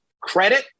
credit